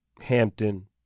Hampton